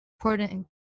important